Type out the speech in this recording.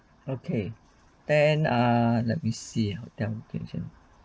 okay then err let me see hotel location